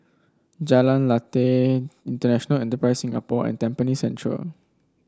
Jalan Lateh International Enterprise Singapore and Tampines Central